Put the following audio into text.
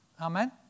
Amen